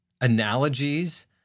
analogies